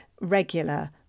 regular